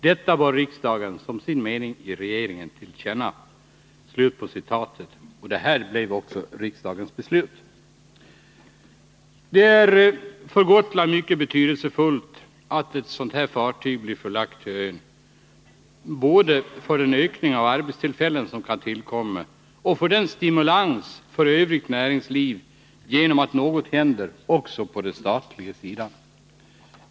Detta bör riksdagen som sin mening ge regeringen till känna.” Detta blev också riksdagens beslut. Det är för Gotland mycket betydelsefullt att ett sådant här fartyg blir förlagt till ön, både med tanke på den ökning av arbetstillfällen som kan tillkomma och med tanke på den stimulans för övrigt näringsliv som det är att något händer också på den statliga sidan.